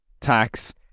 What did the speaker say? tax